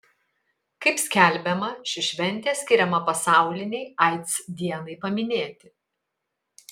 kaip skelbiama ši šventė skiriama pasaulinei aids dienai paminėti